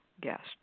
guest